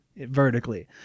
Vertically